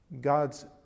God's